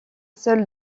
seul